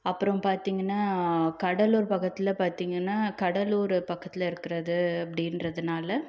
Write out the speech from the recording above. அப்புறம் பார்த்தீங்கன்னா கடலூர் பக்கத்தில் பார்த்தீங்கன்னா கடலூர் பக்கத்தில் இருக்கிறது அப்ப்டின்றதுனால